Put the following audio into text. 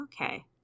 Okay